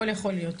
הכול יכול להיות.